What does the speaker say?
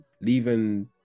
leaving